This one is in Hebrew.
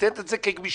לתת את זה כגמישות.